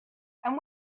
and